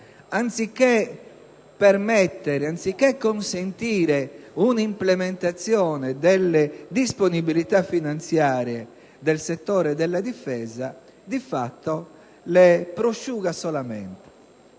immobiliari, anziché consentire un'implementazione delle disponibilità finanziarie del settore della Difesa, di fatto le prosciuga solamente.